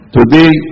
Today